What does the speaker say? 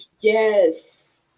yes